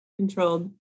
controlled